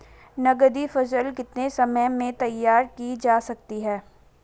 नगदी फसल कितने समय में तैयार की जा सकती है?